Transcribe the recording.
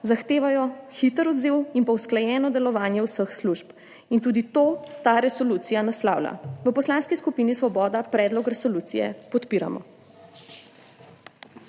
zahtevajo hiter odziv in usklajeno delovanje vseh služb, in tudi to resolucija naslavlja. V Poslanski skupini Svoboda predlog resolucije podpiramo.